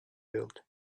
built